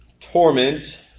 torment